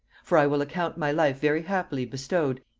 for i will account my life very happily bestowed,